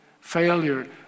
failure